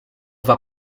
war